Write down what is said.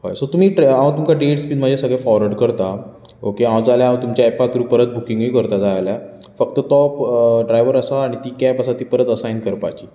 so तुमी हांव तुमकां सगळें म्हाजे डेट्स बिन फॉरवर्ड करतां हांव जाय जाल्यार तुमच्या एपा थ्रू परत बुकिंगय करतां जाय जाल्यार फक्त तो ड्रायव्हर आसा आनी ती कॅब आसा ती परत असायन करपाची